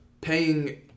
paying